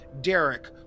Derek